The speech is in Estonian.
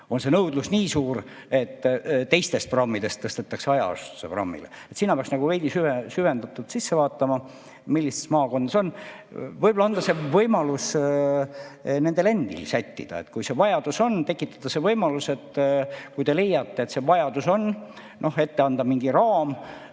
on see nõudlus nii suur, et teistest programmidest tõstetakse hajaasustuse programmile. Sinna peaks veidi süvendatumalt sisse vaatama, millistes maakondades on ... Võib-olla anda võimalus nendel endil sättida. Kui see vajadus on, tekitada see võimalus, et kui te leiate, et see vajadus on, ette anda mingi raam,